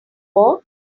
war